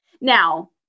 Now